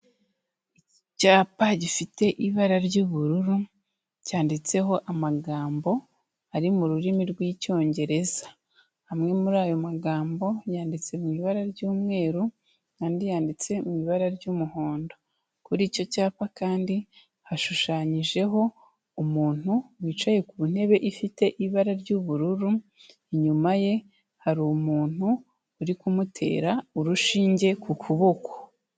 Icyapa gifite ibara ry'ubururu cyanditseho amagambo ari mu rurimi rw'Icyongereza, amwe muri ayo magambo yanditse mu ibara ry'umweru andi yanditse mu ibara ry'umuhondo kuri icyo cyapa kandi hashushanyijeho umuntu wicaye ku ntebe ifite ibara ry'ubururu inyuma ye hari umuntu uri kumutera urushinge ku kuboko.